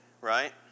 right